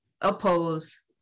oppose